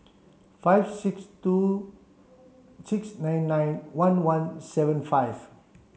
five six two six nine nine one one seven five